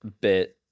bit